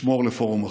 אשמור לפורום אחר.